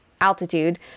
altitude